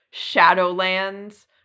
Shadowlands